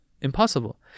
Impossible